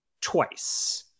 twice